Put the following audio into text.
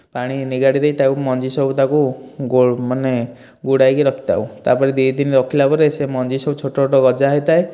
ପାଣି ନିଗାଡ଼ି ଦେଇ ତାକୁ ମଞ୍ଜି ସବୁ ତାକୁ ମାନେ ଗୁଡ଼ାଇ କି ରଖିଥାଉ ତାପରେ ଦୁଇ ଦିନ ରଖିଲା ପରେ ସେ ମଞ୍ଜି ସବୁ ଛୋଟ ଛୋଟ ଗଜା ହୋଇଥାଏ